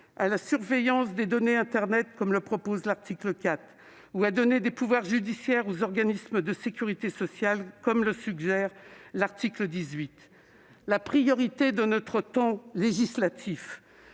à la surveillance des données internet, comme le propose l'article 4, ou à donner des pouvoirs judiciaires aux organismes de sécurité sociale, comme le suggère l'article 18. La priorité de notre temps législatif